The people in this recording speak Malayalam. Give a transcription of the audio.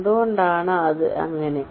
എന്തുകൊണ്ടാണ് അത് അങ്ങനെ